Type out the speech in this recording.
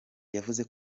yavuze